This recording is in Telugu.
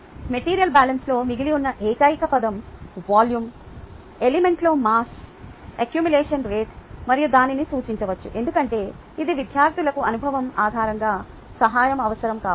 మెటీరియల్ బ్యాలెన్స్లో మిగిలి ఉన్న ఏకైక పదం వాల్యూమ్ ఎలిమెంట్లో మాస్ ఎక్యూములేషన్ రేటు మరియు దానిని సూచించవచ్చు ఎందుకంటే ఇది విద్యార్థులకు అనుభవం ఆధారంగా సహాయం అవసరం కావచ్చు